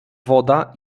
woda